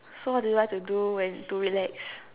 so what do you like to do when to relax